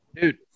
dude